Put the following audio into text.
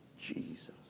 Jesus